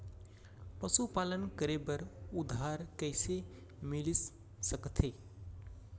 पशुपालन करे बर उधार कइसे मिलिस सकथे?